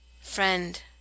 Friend